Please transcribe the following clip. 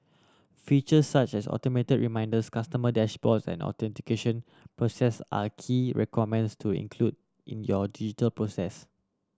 feature such as automated reminders customer dashboards and authentication process are key requirements to include in your digital process